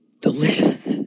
delicious